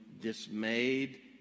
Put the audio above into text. dismayed